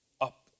Up